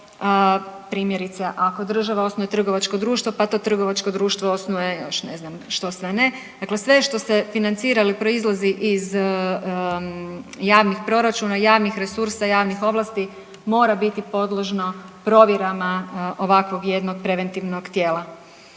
Primjerice ako država osnuje trgovačko društvo, pa to trgovačko društvo osnuje još ne znam što sve ne, dakle sve što se financira ili proizlazi iz javnih proračuna, javnih resursa, javnih ovlasti mora biti podložno provjerama ovakvog jednog preventivnog tijela.